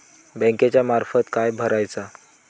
बँकेच्या फारमात काय भरायचा?